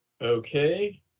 Okay